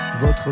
votre